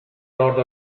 nord